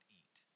eat